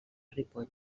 ripoll